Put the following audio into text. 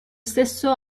stesso